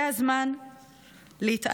זה הזמן להתעלות,